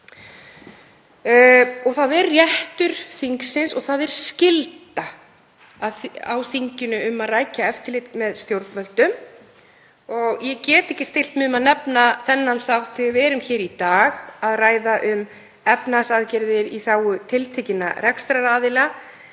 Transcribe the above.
Það er réttur þingsins og það er skylda þingsins að rækja eftirlit með stjórnvöldum. Ég get ekki stillt mig um að nefna þennan þátt þegar við erum hér í dag að ræða um efnahagsaðgerðir í þágu tiltekinna rekstraraðila